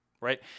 right